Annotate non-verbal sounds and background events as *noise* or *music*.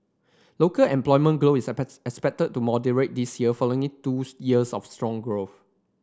local employment grow is *unintelligible* expected to moderate this year following two years of strong growth